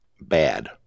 bad